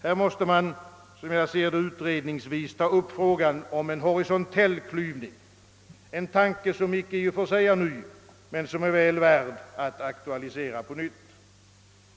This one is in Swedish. Här måste man, som jag ser det, utredningsvis ta upp frågan om en horisontell klyvning — en tanke som icke i och för sig är ny men som är väl värd att aktualisera på nytt.